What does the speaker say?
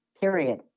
Period